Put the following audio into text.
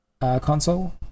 console